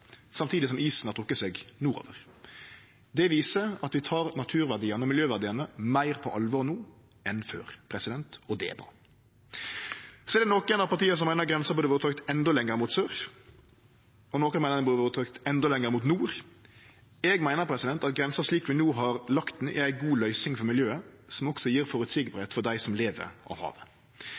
samtidig som isen har trekt seg nordover. Det viser at vi tek naturverdiane og miljøverdiane meir på alvor no enn før, og det er bra. Nokre av partia meiner grensa burde vore trekt endå lenger mot sør, og nokre meiner ho burde vore trekt endå lenger mot nord. Eg meiner at grensa slik vi no har lagt ho, er ei god løysing for miljøet som også gjer det føreseieleg for dei som lever av havet.